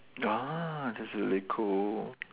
ah that's really cool